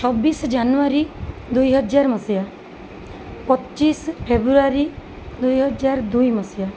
ଛବିଶ ଜାନୁୟାରୀ ଦୁଇହଜାର ମସିହା ପଚିଶ ଫେବୃୟାରୀ ଦୁଇହଜାର ଦୁଇ ମସିହା